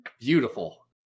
Beautiful